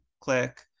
click